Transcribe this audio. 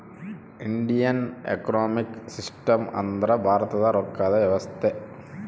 Indian economic system ಅಂದ್ರ ಭಾರತದ ರೊಕ್ಕದ ವ್ಯವಸ್ತೆ